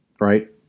right